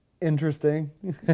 interesting